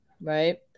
right